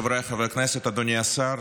חבריי חברי הכנסת, אדוני השר,